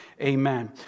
Amen